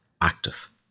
active